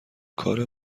کار